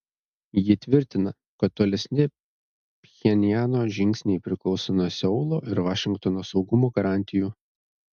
ji tvirtina kad tolesni pchenjano žingsniai priklauso nuo seulo ir vašingtono saugumo garantijų